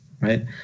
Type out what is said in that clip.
right